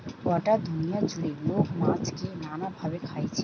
গটা দুনিয়া জুড়ে লোক মাছকে নানা ভাবে খাইছে